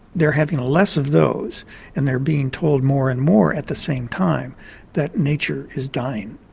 they're having less of those and they're being told more and more at the same time that nature is dying.